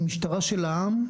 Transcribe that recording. היא משטרה של העם,